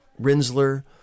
Rinsler